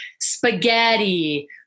spaghetti